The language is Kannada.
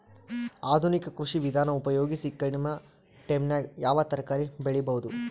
ಆಧುನಿಕ ಕೃಷಿ ವಿಧಾನ ಉಪಯೋಗಿಸಿ ಕಡಿಮ ಟೈಮನಾಗ ಯಾವ ತರಕಾರಿ ಬೆಳಿಬಹುದು?